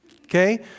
Okay